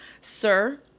sir